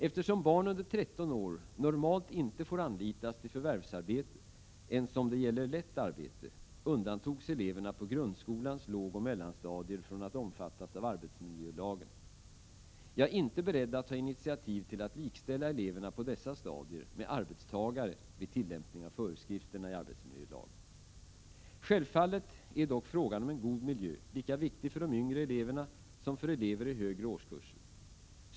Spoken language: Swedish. Eftersom barn under 13 år normalt inte får anlitas till förvärvsarbete ens om det gäller lätt arbete, undantogs elever på grundskolans lågoch mellanstadier från att omfattas av arbetsmiljölagen. Jag är inte beredd att ta initiativ till att likställa eleverna på dessa stadier med arbetstagare vid tillämpning av föreskrifterna i arbetsmiljölagen. Självfallet är dock frågan om en god miljö lika viktig för de yngre eleverna som för elever i högre årskurser.